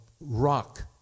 rock